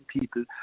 people